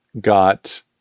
got